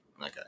Okay